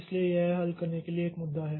इसलिए यह हल करने के लिए एक मुद्दा है